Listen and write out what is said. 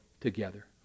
together